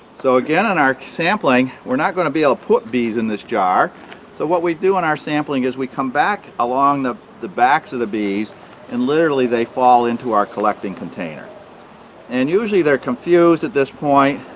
so again, in our sampling we're not going to be able to put bees in this jar so what we do in our sampling is we come back along the the backs of the bees and literally, they fall into our collecting container and usually they're confused at this point,